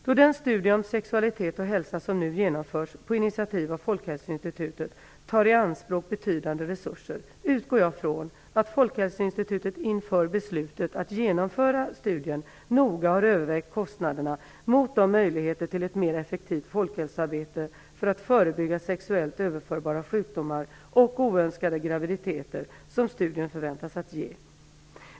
Då den studie om sexualitet och hälsa som nu genomförs på initiativ av Folkhälsoinstitutet tar i anspråk betydande resurser, utgår jag från att Folkhälsoinstitutet inför beslutet att genomföra studien noga har vägt kostnaderna mot de möjligheter till ett mera effektivt folkhälsoarbete för att förebygga sexuellt överförbara sjukdomar och oönskade graviditeter som studien förväntas ge.